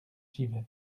givet